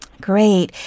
Great